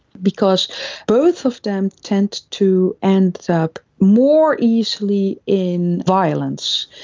because both of them tend to end up more easily in violence.